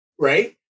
right